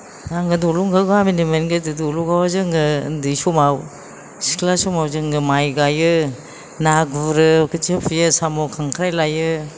आङो दल'गाव गामिनिमोन गोदो दल'गावआव जोङो ओन्दै समाव सिख्ला समाव जोङो माइ गायो ना गुरो खोथिया फुयो साम' खांख्राइ लायो